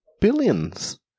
billions